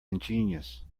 ingenious